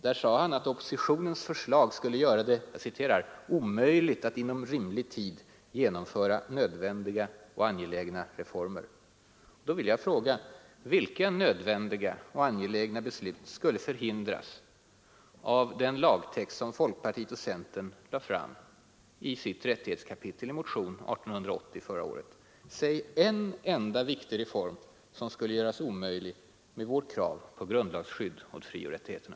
Där sade han att oppositionens förslag skulle göra det ”omöjligt att inom rimlig tid genomföra nödvändiga och angelägna reformer”. Då vill jag fråga: Vilka nödvändiga och angelägna beslut skulle förhindras av den lagtext som folkpartiet och centern lade fram i sitt rättighetskapitel i motionen 1880 förra året? Säg en enda viktig reform som skulle göras omöjlig genom vårt krav på grundlagsskydd åt frioch rättigheterna!